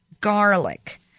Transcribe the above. Garlic